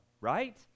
right